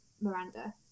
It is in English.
miranda